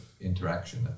interaction